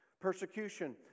Persecution